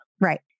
Right